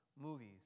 movies